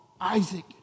Isaac